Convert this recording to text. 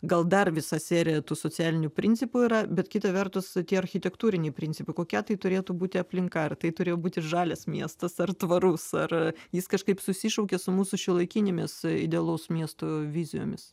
gal dar visa serija tų socialinių principų yra bet kita vertus tie architektūriniai principai kokia tai turėtų būti aplinka ar tai turėjo būti žalias miestas ar tvarus ar jis kažkaip susišaukia su mūsų šiuolaikinėmis idealaus miesto vizijomis